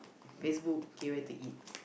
Facebook okay where to eat